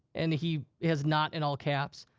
and he has not in all caps.